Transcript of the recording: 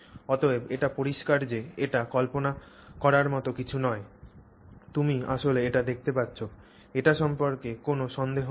অতএব এটি পরিষ্কার যে এটি কল্পনা করার মতো কিছু নয় তুমি আসলে এটি দেখতে পাচ্ছ এই সম্পর্কে কোনও সন্দেহ নেই